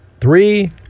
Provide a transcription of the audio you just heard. Three